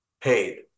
paid